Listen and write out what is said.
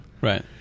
right